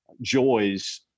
joys